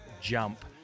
jump